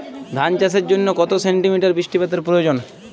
ধান চাষের জন্য কত সেন্টিমিটার বৃষ্টিপাতের প্রয়োজন?